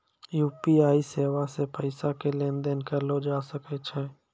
UPI सेबा से पैसा के लेन देन करलो जाय सकै छै